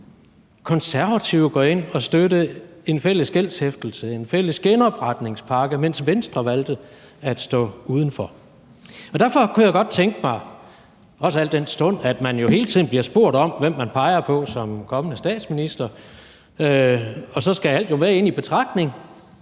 Konservative gå ind og støtte en fælles gældshæftelse, en fælles genopretningspakke, mens Venstre valgte at stå uden for den. Derfor kunne jeg godt tænke mig at spørge, også al den stund at man hele tiden bliver spurgt om, hvem man peger på som kommende statsminister, og der skal alt jo tages med ind i betragtningen,